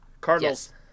Cardinals